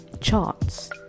charts